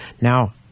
Now